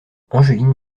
angeline